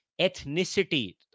ethnicity